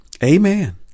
Amen